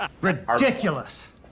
ridiculous